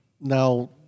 now